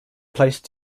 placed